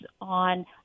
on